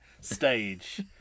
stage